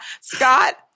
Scott